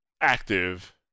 active